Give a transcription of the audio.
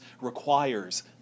requires